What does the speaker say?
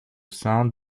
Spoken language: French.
sein